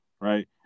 right